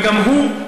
וגם הוא,